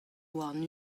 warn